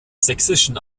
sächsischen